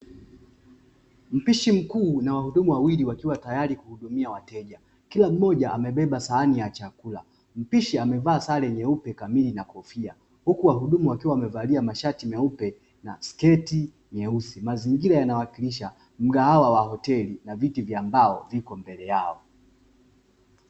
Mpishi mkuu na wahudumu wawili wakiwa tayari kuhudumia wateja, kila mmoja amebeba sahani ya chakula mpishi amevaa sare nyeupe kamili na kofia huku wahudumu wakiwa wamevalia mashati meupe na sketi nyeusi. Mazingira yanayowakilisha mgahawa wa hoteli na viti vya mbao viko mbele yao.